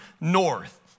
north